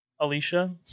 Alicia